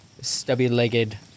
stubby-legged